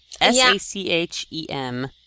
S-A-C-H-E-M